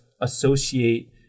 associate